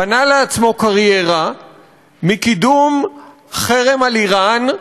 בנה לעצמו קריירה מקידום חרם על איראן,